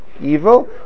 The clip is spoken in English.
Evil